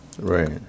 Right